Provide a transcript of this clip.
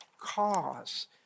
cause